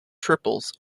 triples